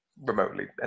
remotely